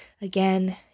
again